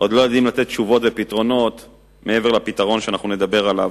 עוד לא יודעים לתת תשובות ופתרונות מעבר לפתרון שאנחנו נדבר עליו,